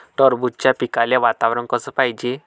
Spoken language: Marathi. टरबूजाच्या पिकाले वातावरन कस पायजे?